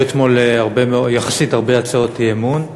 אתמול היו הרבה הצעות אי-אמון,